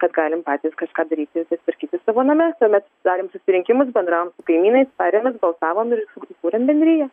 kad galim patys kažką daryti ir susitvarkyti savo name tuomet darėm susirinkimus bendravom kaimynais tarėmės balsavom ir įkūrėm bendriją